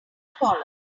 column